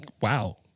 wow